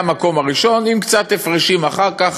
מהמקום הראשון עם קצת הפרשים אחר כך,